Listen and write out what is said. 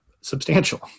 substantial